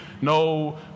no